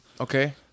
Okay